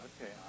Okay